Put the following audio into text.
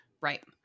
Right